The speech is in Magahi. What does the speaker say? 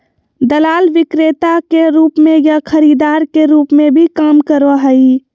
दलाल विक्रेता के रूप में या खरीदार के रूप में भी काम करो हइ